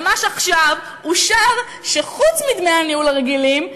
ממש עכשיו אושר שחוץ מדמי הניהול הרגילים,